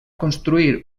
construir